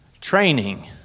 training